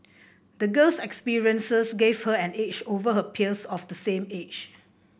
the girl's experiences gave her an edge over her peers of the same age